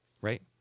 Right